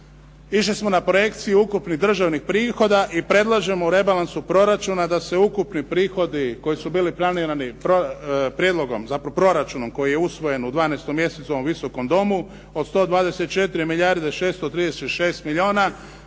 išli smo na projekciju ukupni državnih prihoda i predlažemo rebalansu proračuna da se ukupni prihodi koji su bili planirani prijedlogom, zapravo proračunom koji je usvojen u 12. mjesecu ovom Viskom domu, od 124 milijarde 636 milijuna,